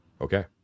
Okay